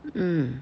mm